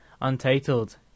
untitled